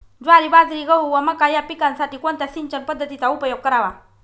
ज्वारी, बाजरी, गहू व मका या पिकांसाठी कोणत्या सिंचन पद्धतीचा उपयोग करावा?